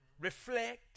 reflect